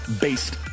based